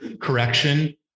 correction